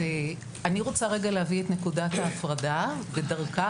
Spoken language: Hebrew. אני רוצה רגע להביא את נקודת ההפרדה בדרכה,